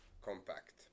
compact